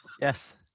yes